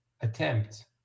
attempt